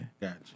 Gotcha